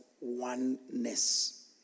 oneness